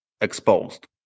exposed